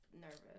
nervous